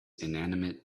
inanimate